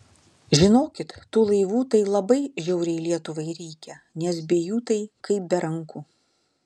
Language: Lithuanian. žinokit tų laivų tai labai žiauriai lietuvai reikia nes be jų tai kaip be rankų